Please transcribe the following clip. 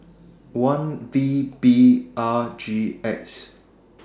one V B R G X